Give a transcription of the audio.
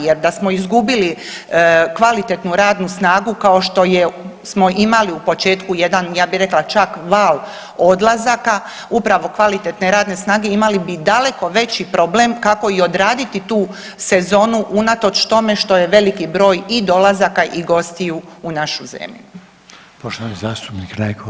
Jer da smo izgubili kvalitetnu radnu snagu kao što smo imali u početku jedan ja bih rekla čak val odlazaka upravo kvalitetne radne snage, imali bi daleko veći problem kako i odraditi tu sezonu unatoč tome što je veliki broj i dolazaka i gostiju u našu zemlju.